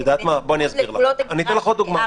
אני אתן לך עוד דוגמה.